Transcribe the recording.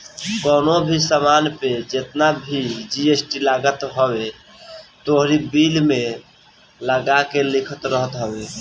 कवनो भी सामान पे जेतना जी.एस.टी लागत हवे इ तोहरी बिल में अलगा से लिखल रहत हवे